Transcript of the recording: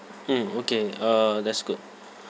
hmm okay uh that's good